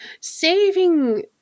saving